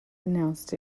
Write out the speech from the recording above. announced